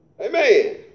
Amen